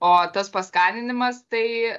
o tas paskaninimas tai